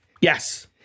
Yes